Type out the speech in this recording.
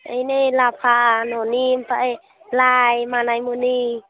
ओइनै लाफा न'नि ओमफ्राय लाइ मानिमुनि